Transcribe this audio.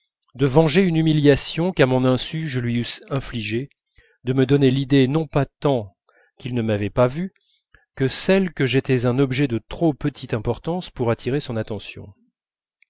de venger une humiliation qu'à mon insu je lui eusse infligée de me donner l'idée non pas tant qu'il ne m'avait pas vu que celle que j'étais un objet de trop petite importance pour attirer l'attention